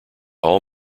all